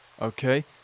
okay